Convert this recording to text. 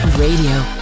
Radio